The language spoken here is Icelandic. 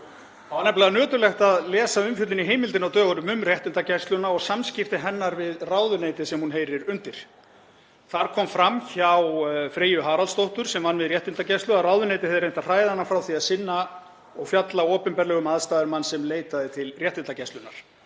Það var nefnilega nöturlegt að lesa umfjöllun í Heimildinni á dögunum um réttindagæsluna og samskipti hennar við ráðuneytið sem hún heyrir undir. Þar kom fram hjá Freyju Haraldsdóttur, sem vann við réttindagæslu, að ráðuneytið hefði reynt að hræða hana frá því að sinna og fjalla opinberlega um aðstæður manns sem leitaði til réttindagæslunnar.